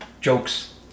jokes